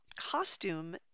costume